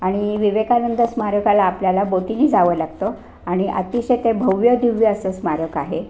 आणि विवेकानंद स्मारकाला आपल्याला बोटीने जावं लागतं आणि अतिशय ते भव्य दिव्य असं स्मारक आहे